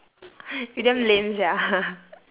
you damn lame sia